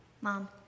Mom